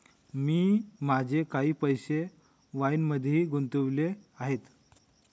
मी माझे काही पैसे वाईनमध्येही गुंतवले आहेत